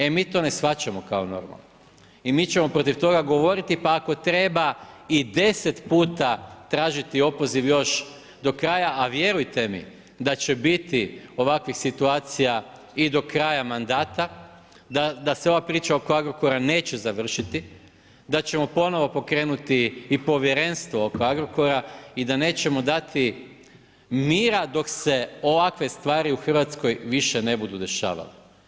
E mi to ne shvaćamo kao normalno i mi ćemo protiv toga govoriti pa ako treba i 10 puta tražiti opoziv još do kraja, a vjerujte mi da će biti ovakvih situacija i do kraja mandata da se ova priča oko Agrokora neće završiti, da ćemo ponovo pokrenuti i povjerenstvo oko Agrokora i da nećemo dati mira dok se ovakve stvari u Hrvatskoj više ne budu dešavale.